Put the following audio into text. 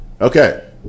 Okay